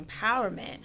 empowerment